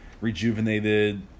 rejuvenated